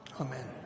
Amen